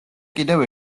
კიდევ